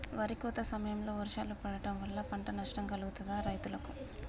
వరి కోత సమయంలో వర్షాలు పడటం వల్ల పంట నష్టం కలుగుతదా రైతులకు?